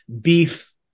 Beef